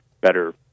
better